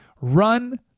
Run